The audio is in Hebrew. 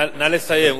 נא לסיים.